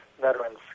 veterans